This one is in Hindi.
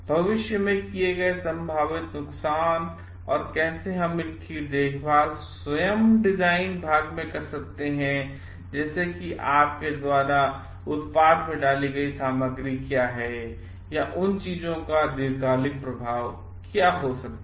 भविष्य में किए गए संभावित नुकसान और कैसे हम इसकी देखभाल स्वयं डिज़ाइन भाग में कर सकते हैं या जैसे कि आपके द्वारा उत्पाद में डाली गई सामग्री क्या है या नहीं उन चीजों का दीर्घकालिक प्रभाव क्या हो सकता है